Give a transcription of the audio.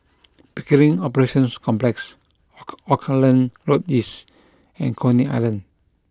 Pickering Operations Complex oak Auckland Road East and Coney Island